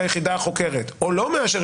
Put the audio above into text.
או לא מאשר,